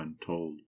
untold